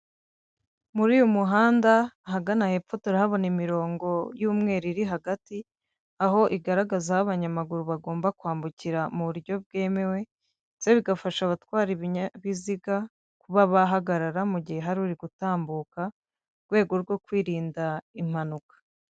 Muri uyu muhanda ahagana hepfo turahabona imirongo y'umweru iri hagati, aho igaragaza aho abanyamaguru bagomba kwambukira mu buryo bwemewe, ndetse bigafasha abatwara ibinyabiziga kuba bahagarara mu gihe hari uri gutambuka, mu rwego rwo kwirinda impanuka.